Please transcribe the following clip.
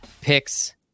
picks